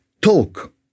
talk